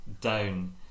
down